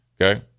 okay